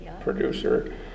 producer